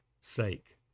sake